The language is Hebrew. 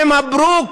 ומברוכ,